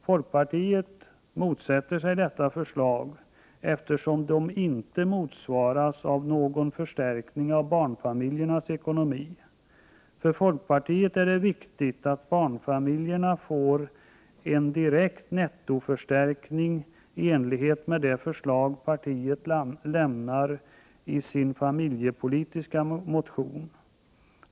Folkpartiet motsätter sig detta förslag, eftersom minskningen inte motsvaras av någon förstärkning av barnfamiljernas ekonomi. För folkpartiet är det viktigt att barnfamiljerna får en direkt nettoförstärkning i enlighet med det förslag folkpartiet lämnar i sin familjepolitiska motion.